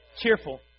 Cheerful